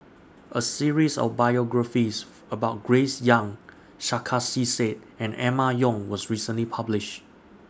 A series of biographies about Grace Young Sarkasi Said and Emma Yong was recently published